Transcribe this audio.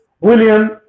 William